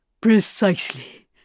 Precisely